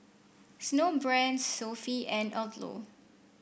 Snowbrand Sofy and Odlo